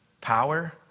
power